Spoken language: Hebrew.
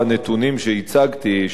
הפערים שנוצרו,